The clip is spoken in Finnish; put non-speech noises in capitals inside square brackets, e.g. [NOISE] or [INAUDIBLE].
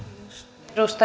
arvoisa [UNINTELLIGIBLE]